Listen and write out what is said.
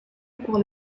pour